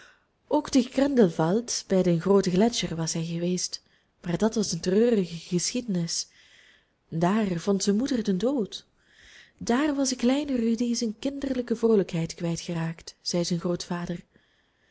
ook te grindelwald bij den grooten gletscher was hij geweest maar dat was een treurige geschiedenis daar vond zijn moeder den dood daar was de kleine rudy zijn kinderlijke vroolijkheid kwijtgeraakt zei zijn grootvader